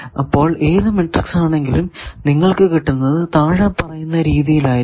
അപ്പോൾ ഏതു മാട്രിക്സ് ആണെങ്കിലും നിങ്ങൾക്കു കിട്ടുന്നത് താഴെ പറയുന്ന രീതിയിൽ ആയിരിക്കും